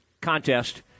contest